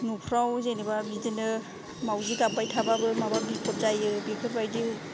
न'फोराव जेनेबा बिदिनो मावजि गाबबाय थाबाबो माबा खैफोद जायो बेफोरबायदि